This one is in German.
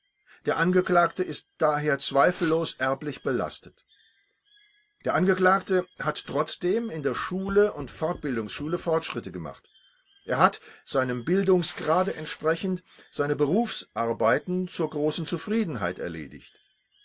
der angeklagte ist daher zweifellos erblich belastet der angeklagte hat trotzdem in der schule und fortbildungsschule fortschritte gemacht er hat seinem bildungsgrade entsprechend seine berufsarbeiten zur großen zufriedenheit erledigt